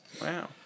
Wow